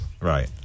Right